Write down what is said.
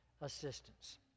assistance